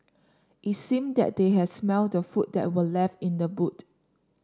it seemed that they had smelt the food that were left in the boot